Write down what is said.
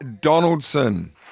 Donaldson